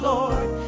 Lord